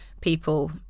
people